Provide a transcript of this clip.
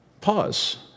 pause